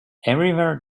everywhere